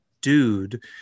dude